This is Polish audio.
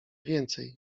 więcej